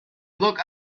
look